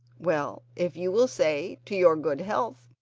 well, if you will say, to your good health,